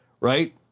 right